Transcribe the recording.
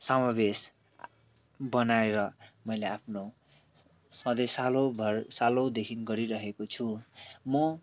समावेश बनाएर मैले आफ्नो सधैँ सालौँभर सालौँदेखि गरिरहेको छु म